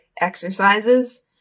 exercises